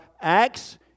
Acts